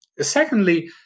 Secondly